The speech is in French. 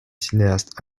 cinéastes